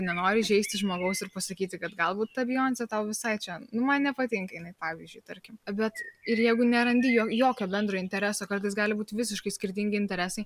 nenori įžeisti žmogaus ir pasakyti kad galbūt ta bijonse tau visai čia nu man nepatinka jinai pavyzdžiui tarkim bet ir jeigu nerandi jo jokio bendro intereso kartais gali būti visiškai skirtingi interesai